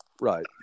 Right